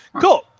Cool